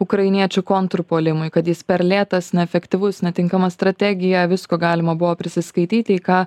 ukrainiečių kontrpuolimui kad jis per lėtas neefektyvus netinkamas strategija visko galima buvo prisiskaityti į ką